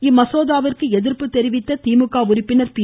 இந்த மசோதாவிற்கு எதிர்ப்பு தெரிவித்த திமுகவ உறுப்பினர் பி